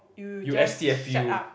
you just shut up